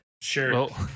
Sure